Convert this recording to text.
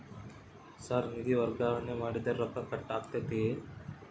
Sir ನಿಧಿ ವರ್ಗಾವಣೆ ಮಾಡಿದರೆ ರೊಕ್ಕ ಕಟ್ ಆಗುತ್ತದೆಯೆ?